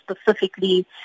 specifically